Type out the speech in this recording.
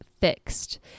fixed